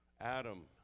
Adam